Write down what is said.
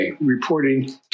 reporting